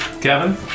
Kevin